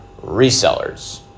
resellers